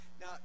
now